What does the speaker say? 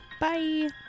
Bye